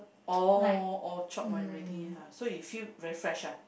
oh oh chopped already !huh! so you feel very fresh ah